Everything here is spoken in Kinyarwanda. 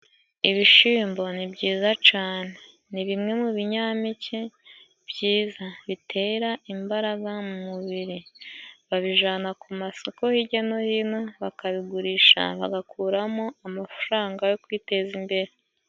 Ibishimbo ni byiza cane ni bimwe mu binyampeke bitera imbaraga mu mubiri, babijana ku masoko hirya no hino bakabigurisha bagakuramo amafaranga yo kwiteza imbere.